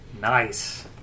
Nice